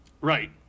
right